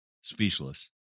speechless